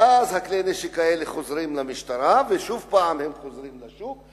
ואז כלי הנשק האלה חוזרים למשטרה ושוב חוזרים לשוק,